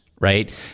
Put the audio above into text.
right